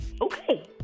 okay